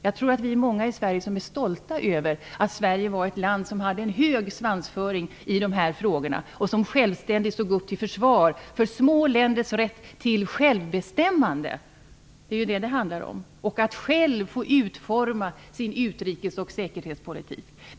Jag tror att vi är många i Sverige som är stolta över att Sverige var ett land som hade en hög svansföring i dessa frågor och som självständigt stod upp till försvar för små länders rätt till självbestämmande - det är ju detta det här handlar om - och att själv få utforma sin utrikes och säkerhetspolitik.